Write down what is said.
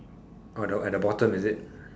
oh the at the bottom is it